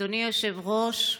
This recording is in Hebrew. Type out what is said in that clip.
אדוני היושב-ראש,